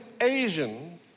Asian